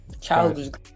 childhood